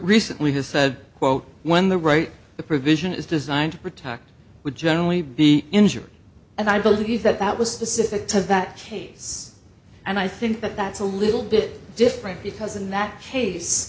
recently has said quote when the right the provision is designed to protect would generally be injured and i believe that that was specific to that case and i think that that's a little bit different because in that case